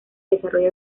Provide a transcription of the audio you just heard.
desarrolla